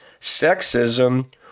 sexism